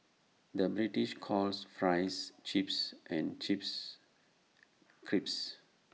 the British calls Fries Chips and Chips Crisps